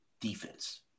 defense